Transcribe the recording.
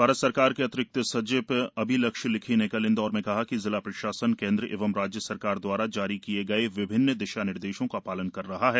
भारत सरकार के अतिरिक्त सचिव अभिलक्ष्य लिखी ने कल इंदौर में कहा कि जिला प्रशासन केंद्र एवं राज्य सरकार द्वारा जारी किए गए विभिन्न दिशानिदेशों का पालन कर रहा है